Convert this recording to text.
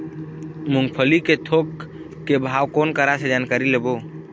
मूंगफली के थोक के भाव कोन करा से जानकारी लेबो?